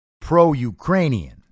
pro-Ukrainian